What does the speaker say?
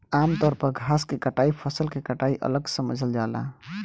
आमतौर पर घास के कटाई फसल के कटाई अलग समझल जाला